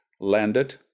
landed